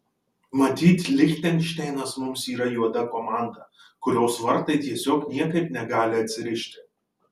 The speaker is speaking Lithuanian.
matyt lichtenšteinas mums yra juoda komanda kurios vartai tiesiog niekaip negali atsirišti